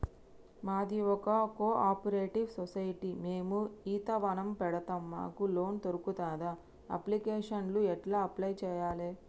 మాది ఒక cooperative society మేము ఈత వనం పెడతం మాకు లోన్ దొర్కుతదా? అప్లికేషన్లను ఎట్ల అప్లయ్ చేయాలే?